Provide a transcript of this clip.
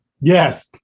yes